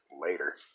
Later